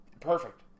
perfect